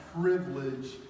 privilege